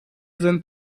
sind